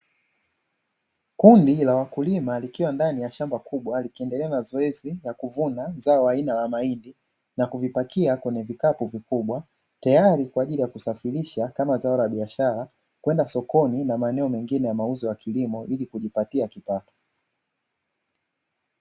Kundi la wakulima likiwa ndani ya shamba kubwa likiendelea na zoezi la kuvuna zao aina la mahindi na kuvipakia kwenye vikapu vikubwa, tayari kwa ajili ya kusafirisha kama zao la biashara kwenda sokoni na maeneo mengine ya mauzo ya kilimo ili kujipatia kipato.